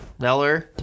Neller